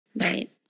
Right